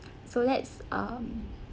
so let's um